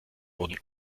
wurden